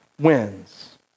wins